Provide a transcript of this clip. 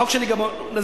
החוק שלי גם מזהיר.